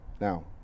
Now